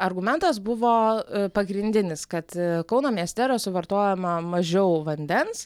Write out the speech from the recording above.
argumentas buvo pagrindinis kad kauno mieste yra suvartojama mažiau vandens